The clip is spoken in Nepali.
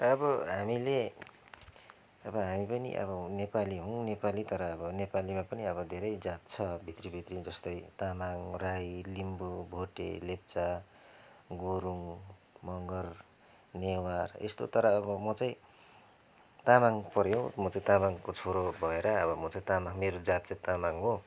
अब हामीले अब हामी पनि अब नेपाली हौँ नेपाली तर अब नेपलीमा पनि अब धेरै जात छ भित्रीभित्री जस्तै तामाङ राई लिम्बु भोटे लेप्चा गुरुङ मगर नेवार यस्तो तर अब म चाहिँ तामाङ पऱ्यो म चाहिँ तामाङको छोरो भएर अब म चाहिँ तामाङ मेरो जात चाहिँ तामाङ हो